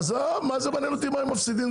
עזוב, מה זה מעניין אותי מה הם מפסידים?